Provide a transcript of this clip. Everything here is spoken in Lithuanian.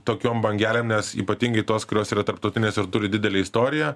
tokiom bangelėm nes ypatingai tos kurios yra tarptautinės ir turi didelę istoriją